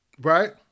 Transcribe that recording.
right